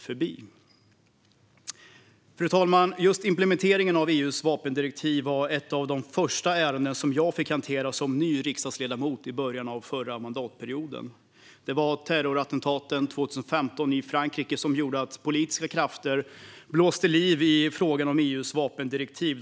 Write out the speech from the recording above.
Fru talman! Just implementeringen av EU:s vapendirektiv var ett av de första ärenden jag fick hantera som ny riksdagsledamot i början av förra mandatperioden. Det var terrorattentaten i Frankrike 2015 som gjorde att politiska krafter blåste liv i frågan om EU:s vapendirektiv.